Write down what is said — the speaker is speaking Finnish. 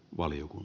valio kun